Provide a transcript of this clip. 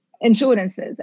insurances